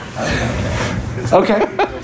Okay